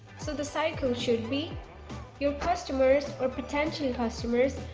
so the cycle should be your customers or potential customers,